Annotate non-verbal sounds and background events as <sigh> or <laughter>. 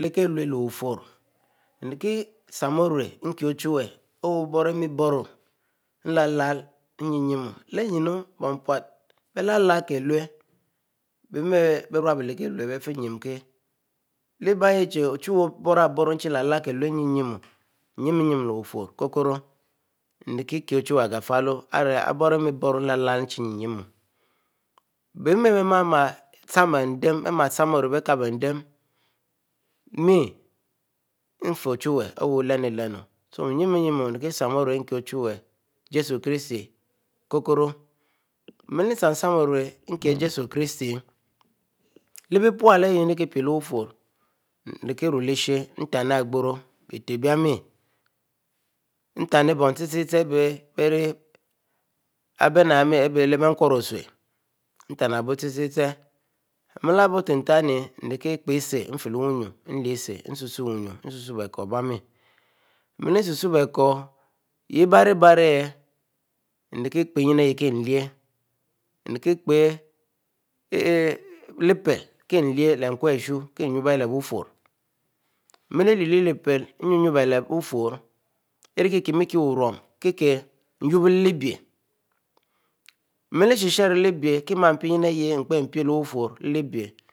Lekilue lefuro emsam oue le wufuro emki ochuru ari oborime boro lefuro emlala kilu eroyi myi le-wufuro bon pufia bilala kilu bemar berubo lekilu bifi nyike berwabilekilu lebiyie ayiachure ochwou oboraboro enchelale kilu enyiano leloufuro emyiamyi a le-wuforo kokoro ennki keh ochuwu agafulo ari aboremeboro emlalalu emcheyin yin le wuforu beyin memar ma bara chan beden beman by saanorue bikibe den me emfarr ochwue wehe jeso christi kokoro emlesamsam orue kokoro enikia jeso chmisti lebipula ayie emri peye le wufo nteni abguro bite ebame nteni bon cha char abyie be riabenanyime abyie be ri le chuwu oshje nte nabyi chechera emlabotetani emri ki empaye etse emfelibnyuem lia ecse emsusabnyu bekor empaye nyiu aeyia emrikilelia emrikipeyi <hesitation> le pele kilia le emkuashu kimre belep bufwuro erikime burubufwuro ki emyobo le lebiyie emleshesharo lebiyie empaye nyien ayie empeye opeye opepene opey myiala